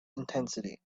intensity